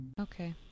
Okay